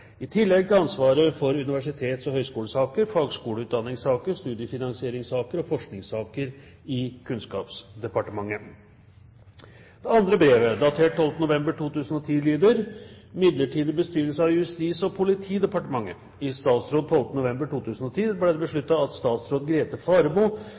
i tillegg til ansvaret for universitets- og høyskolesaker, fagskoleutdanningssaker, studiefinansieringssaker og forskningssaker i Kunnskapsdepartementet.» Det andre brevet, datert 12. november 2010, lyder: «Midlertidig bestyrelse av Justis- og politidepartementet I statsråd 12. november 2010 ble det besluttet at statsråd Grete Faremo